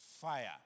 fire